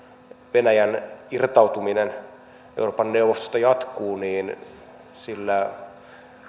venäjän irtautuminen euroopan neuvostosta jatkuu niin sillä